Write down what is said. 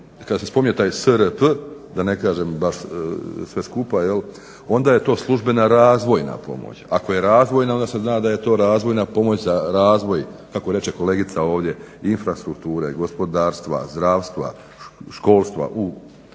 kada se spominje taj SRP da ne kažem baš sve skupa, onda je to službena razvojna pomoć. Ako je razvojna onda se zna da je to razvojna pomoć za razvoj kako reče kolegica ovdje infrastrukture, gospodarstva, zdravstva, školstva u